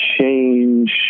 change